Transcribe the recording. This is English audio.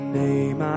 name